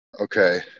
Okay